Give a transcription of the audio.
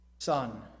Son